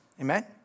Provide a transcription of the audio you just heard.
Amen